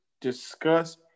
discuss